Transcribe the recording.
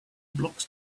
blocks